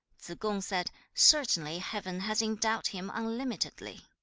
two. tsze-kung said, certainly heaven has endowed him unlimitedly.